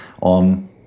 on